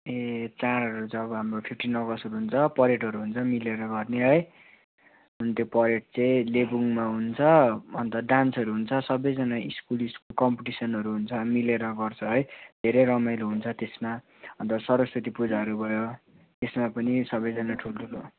ए चाडहरू त हाम्रो फिफ्टिन अगस्टहरू हुन्छ परेडहरू हुन्छ मिलेर गर्ने है अन्त त्यो परेड चाहिँ लेबुङमा हुन्छ अन्त डान्सहरू हुन्छ सबैजना स्कुल स्कुल कम्पिटिसनहरू हुन्छ मिलेर गर्छ है धेरै रमाइलो हुन्छ त्यसमा अन्त सरस्वती पूजाहरू भयो त्यसमा पनि सबैजना ठुल्ठुलो